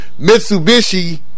mitsubishi